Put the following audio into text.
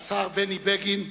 השר בני בגין: